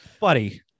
Buddy